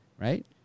right